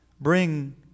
bring